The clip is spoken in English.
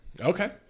Okay